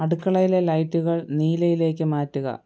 അടുക്കളയിലെ ലൈറ്റുകൾ നീലയിലേക്ക് മാറ്റുക